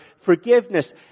forgiveness